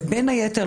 ובין היתר,